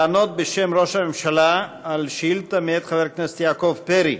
לענות בשם ראש הממשלה על שאילתה מאת חבר הכנסת יעקב פרי: